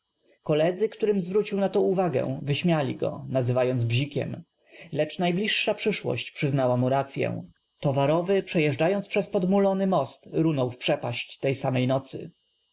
koledzy którym zw rócił na to uw agę wyśmiali go nazyw ając bzikiem lecz najbliższa przyszłość przyznała mu ra c y ę tow arow y przejeżdżając przezpodm ulony most runął w przepaść tej samej nocy